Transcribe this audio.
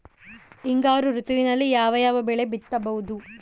ಹಿಂಗಾರು ಋತುವಿನಲ್ಲಿ ಯಾವ ಯಾವ ಬೆಳೆ ಬಿತ್ತಬಹುದು?